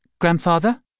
Grandfather